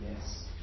Yes